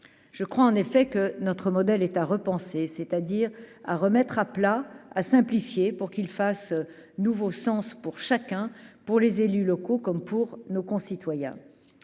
je crois en effet que notre modèle est à repenser, c'est-à-dire à remettre à plat à simplifier, pour qu'il fasse nouveau sens pour chacun, pour les élus locaux comme pour nos concitoyens,